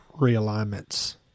realignments